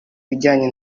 bijyanye